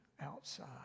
outside